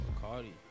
Cardi